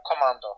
commando